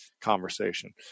conversation